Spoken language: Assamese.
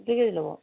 দুই কেজি ল'ব